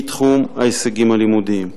מתחום ההישגים הלימודיים.